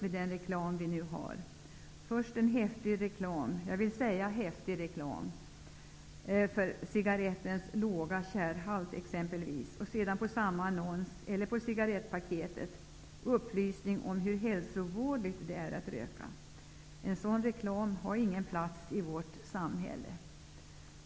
Först ser man häftig reklam t.ex. om den låga tjärhalten i en cigarett. Men sedan finns det på cigarettpaketen upplysningar om hur hälsovådlig rökningen är. För en sådan reklam finns det inte plats i vårt samhälle.